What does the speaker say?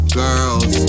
girls